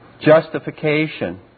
justification